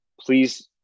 please